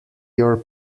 your